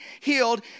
healed